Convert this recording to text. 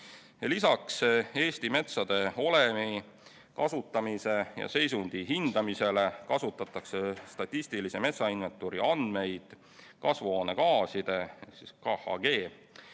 Lisaks Eesti metsade olemi, kasutamise ja seisundi hindamisele kasutatakse statistilise metsainventuuri andmeid kasvuhoonegaaside (KHG)